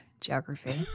geography